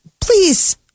please